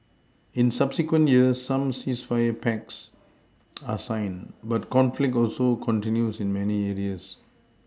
in subsequent years some ceasefire pacts are signed but conflict also continues in many areas